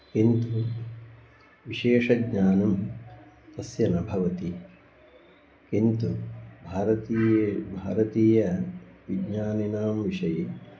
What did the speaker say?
किन्तु विशेषज्ञानं तस्य न भवति किन्तु भारतीय भारतीय विज्ञानिनां विषये